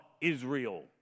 Israel